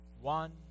one